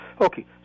Okay